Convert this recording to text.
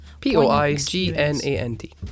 P-O-I-G-N-A-N-T